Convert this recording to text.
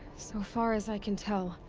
so far as i can tell.